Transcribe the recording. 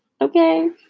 okay